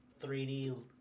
3D